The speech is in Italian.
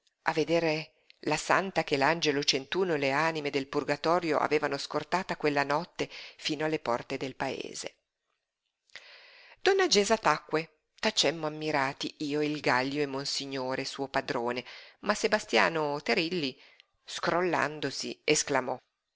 a vedere la santa che l'angelo centuno e le anime del purgatorio avevano scortata quella notte fino alle porte del paese donna gesa tacque tacemmo ammirati io e il gaglio e monsignore suo padrone ma sebastiano terilli scrollandosi esclamò